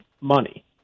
money